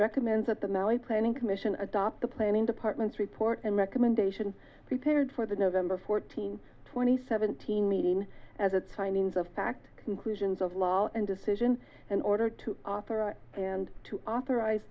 recommends at the maui planning commission adopt the planning department's report and recommendation prepared for the november fourteenth twenty seventeen meeting as its findings of fact conclusions of law and decision an order to authorize and to authorize